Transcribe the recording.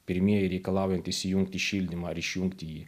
pirmieji reikalaujantys įjungti šildymą ar išjungti jį